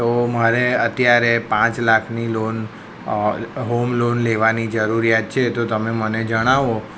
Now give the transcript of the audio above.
તો મારે અત્યારે પાંચ લાખની લોન હોમ લોન લેવાની જરૂરિયાત છે તો તમે મને જણાવો